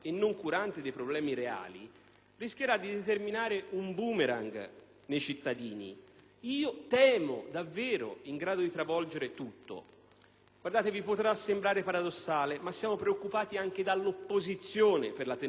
rischierà di trasformarsi in un *boomerang* nei cittadini temo davvero in grado di travolgere tutto. Vi potrà sembrare paradossale, ma siamo preoccupati anche dall'opposizione per la tenuta delle istituzioni democratiche.